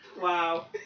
wow